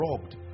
robbed